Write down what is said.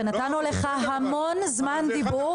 אנחנו נתנו לך המון זמן דיבור -- אבל זה אחד אחרי